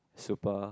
super